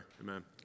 Amen